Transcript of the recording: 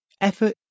Effort